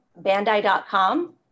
bandai.com